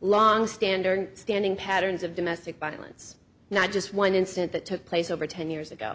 longstanding standing patterns of domestic violence not just one incident that took place over ten years ago